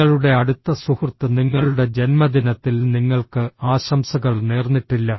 നിങ്ങളുടെ അടുത്ത സുഹൃത്ത് നിങ്ങളുടെ ജന്മദിനത്തിൽ നിങ്ങൾക്ക് ആശംസകൾ നേർന്നിട്ടില്ല